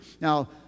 Now